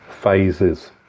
phases